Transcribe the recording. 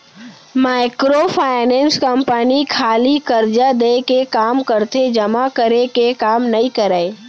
micro finance company खाली करजा देय के काम करथे जमा करे के काम नइ करय